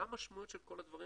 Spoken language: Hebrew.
מה המשמעות של כל הדברים,